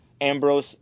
Ambrose